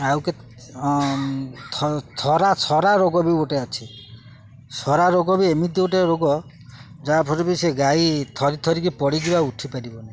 ଆଉ କେତେ ଥ ଥରା ସରା ରୋଗ ବି ଗୋଟେ ଅଛି ସରା ରୋଗ ବି ଏମିତି ଗୋଟେ ରୋଗ ଯାହା ଫଳରେ ବି ସେ ଗାଈ ଥରି ଥରିକି ପଡ଼ିଯିବ ଆଉ ଉଠି ପାରିବ ନାଇଁ